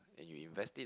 then you invest it